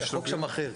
החוק שם אחר.